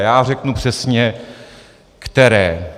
Já řeknu přesně které.